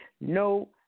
No